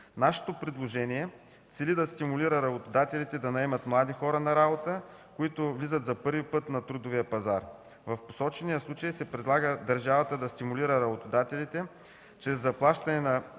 Нашето предложение цели да стимулира работодателите да наемат млади хора на работа, които влизат за първи път на трудовия пазар. В посочения случай се предлага държавата да стимулира работодателите чрез заплащане на